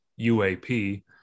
UAP